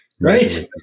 Right